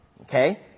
Okay